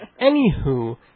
Anywho